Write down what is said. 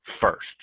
first